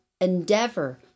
endeavor